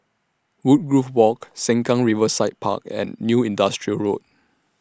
Woodgrove Walk Sengkang Riverside Park and New Industrial Road